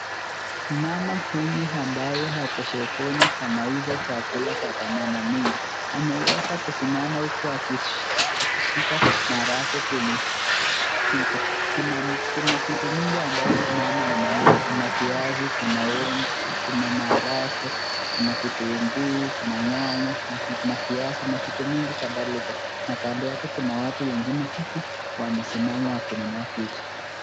Mama huyu ambaye ako sokoni anauza chakula za thamani mingi. Ameweza kusimama huku akishika maharagwe kwenye vitu. Kuna vitu mingi ambavyo huyu mama huuza. Kuna viazi, kuna maharagwe, kuna vitunguu, kuna nyanya, na viazi na vitu mingi kadhalika. Na kando yake kuna watu wengine huku wamesimama wakinunua vitu.